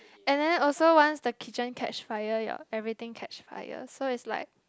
and then also once the kitchen catch fire your everything catch fire so it's like